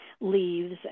leaves